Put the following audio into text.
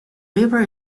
river